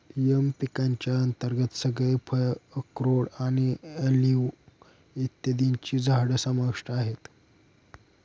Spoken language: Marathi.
एम पिकांच्या अंतर्गत सगळे फळ, अक्रोड आणि ऑलिव्ह इत्यादींची झाडं समाविष्ट आहेत